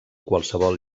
qualsevol